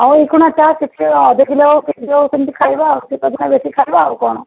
ହଉ ଏକ୍ଷୀଣିଆ ତ ଟିକିଏ ଅଧକିଲେ ହଉ ଯେମିତି ହଉ ସେମିତି ଖାଇବା ଆଉ ଶୀତଦିନେ ବେଶୀ ଖାଇବା ଆଉ କ'ଣ